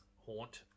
haunt